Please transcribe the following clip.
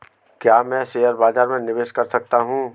क्या मैं शेयर बाज़ार में निवेश कर सकता हूँ?